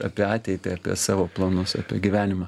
apie ateitį apie savo planus apie gyvenimą